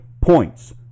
points